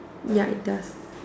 ya it does